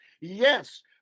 Yes